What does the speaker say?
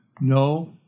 No